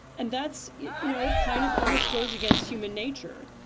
and that's, you know, kind of almost goes against human nature.